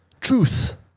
truth